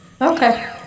Okay